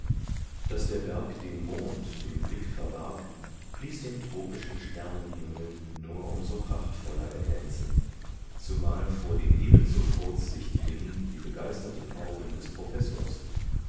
daß der berg den mond dem blick verbarg ließ den tropischen sternenhimmel nur um so prachtvoller erglänzen zumal vor den ebenso kurzsichtigen wie begeisterten augen des professors